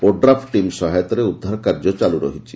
ODRAF team ସହାୟତାରେ ଉଦ୍ଧାର କାର୍ଯ୍ୟ ଚାଲୁ ରହିଛି